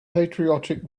patriotic